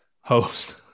host